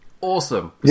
awesome